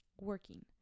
Working